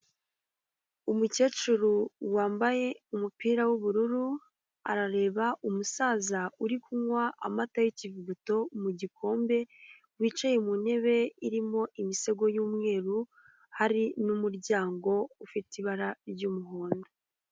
Umukecuru wambaye umupira w'ubururu, arareba umusaza uri kunywa amata y'ikivuguto mu gikombe, wicaye mu ntebe irimo imisego y'umweru hari n'umuryango ufite ibara ry'umuhondo.